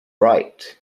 right